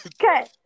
Okay